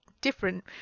different